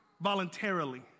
voluntarily